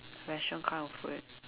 restaurant kind of food